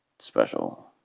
special